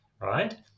right